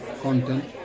content